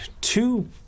two